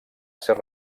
ser